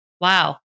wow